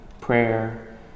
prayer